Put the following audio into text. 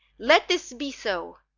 let this be so,